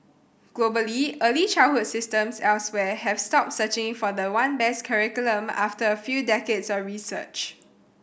globally early childhood systems elsewhere have stopped searching for the one best curriculum after a few decades of research